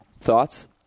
Thoughts